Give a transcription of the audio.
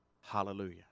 Hallelujah